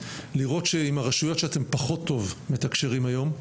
לראות שעם הרשויות שאתם מתקשרים היום פחות טוב,